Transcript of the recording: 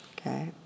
okay